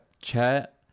chat